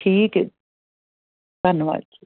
ਠੀਕ ਹੈ ਜੀ ਧੰਨਵਾਦ